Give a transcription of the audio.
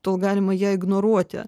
tol galima ją ignoruoti